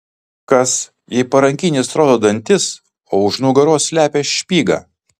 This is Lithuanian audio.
kas jei parankinis rodo dantis o už nugaros slepia špygą